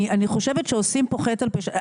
אני חושבת שעושים כאן חטא על פשע.